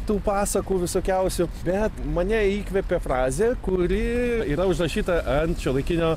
tų pasakų visokiausių bet mane įkvėpė frazė kuri yra užrašyta ant šiuolaikinio